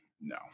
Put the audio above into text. No